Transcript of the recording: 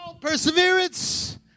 Perseverance